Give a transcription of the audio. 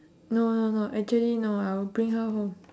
no no no actually no I will bring her home